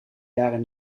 jaren